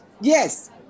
Yes